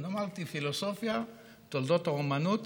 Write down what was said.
אמרתי: פילוסופיה, תולדות האמנות,